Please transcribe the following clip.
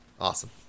Awesome